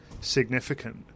significant